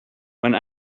when